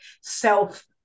self